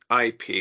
IP